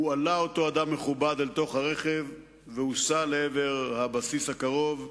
הועלה אותו אדם מכובד אל תוך הרכב והוסע לעבר הבסיס הקרוב,